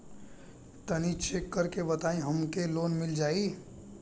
तनि चेक कर के बताई हम के लोन मिल जाई?